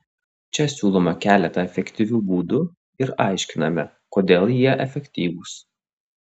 čia siūlome keletą efektyvių būdų ir aiškiname kodėl jie efektyvūs